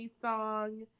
song